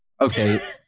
Okay